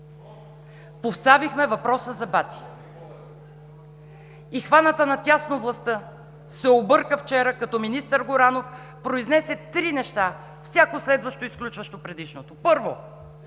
поставихме въпроса за БАЦИС. И хваната на тясно, властта се обърка вчера, като министър Горанов произнесе три неща – всяко следващо изключващо предишното: първо,